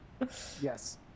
Yes